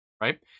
right